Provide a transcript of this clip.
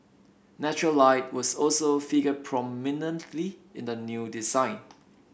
natural light was also figure prominently in the new design